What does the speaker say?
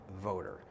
voter